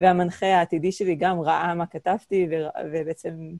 והמנחה העתידי שלי גם ראה מה כתבתי ובעצם...